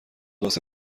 واسه